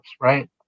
right